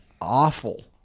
awful